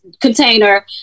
container